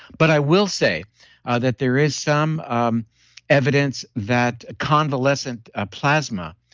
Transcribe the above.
but i will say that there is some um evidence that convalescent ah plasma,